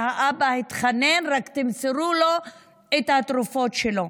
שהאבא התחנן: רק תמסרו לו את התרופות שלו.